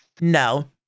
no